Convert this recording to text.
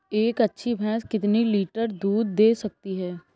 एक अच्छी भैंस कितनी लीटर दूध दे सकती है?